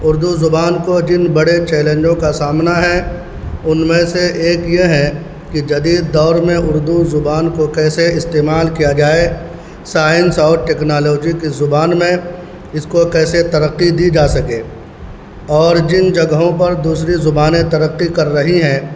اردو زبان کو جن بڑے چیلنجوں کا سامنا ہے ان میں سے ایک یہ ہے کہ جدید دور میں اردو زبان کو کیسے استعمال کیا جائے سائنس اور ٹیکنالوجی کی زبان میں اس کو کیسے ترقی دی جا سکے اور جن جگہوں پر دوسری زبانیں ترقی کر رہی ہیں